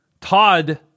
Todd